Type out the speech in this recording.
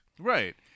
Right